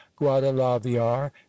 guadalaviar